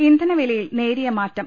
ഇന്ധനവിലയിൽ നേരിയ മാറ്റം